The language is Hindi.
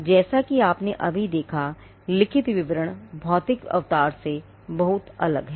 जैसा कि आपने अभी देखा लिखित विवरण भौतिक अवतार से बहुत अलग है